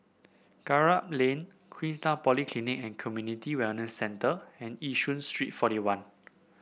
Kramat Lane Queenstown Polyclinic and Community Wellness Centre and Yishun Street Forty one